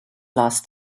last